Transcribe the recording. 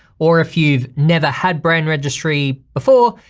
or if you've never had brand registry before,